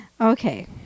Okay